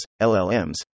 LLMs